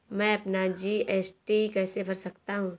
मैं अपना जी.एस.टी कैसे भर सकता हूँ?